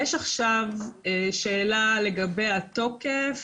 יש עכשיו שאלה לגבי התוקף,